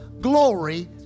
glory